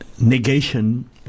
negation